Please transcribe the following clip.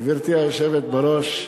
גברתי היושבת בראש,